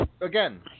again